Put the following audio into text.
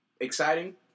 Exciting